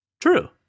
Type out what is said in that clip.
True